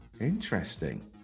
Interesting